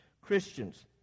Christians